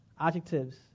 adjectives